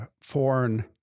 Foreign